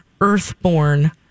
Earthborn